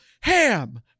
ham